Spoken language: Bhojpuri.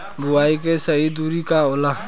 बुआई के सही दूरी का होला?